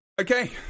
Okay